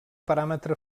paràmetre